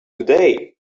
today